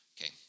Okay